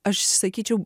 aš sakyčiau